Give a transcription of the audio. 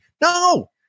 No